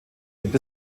gibt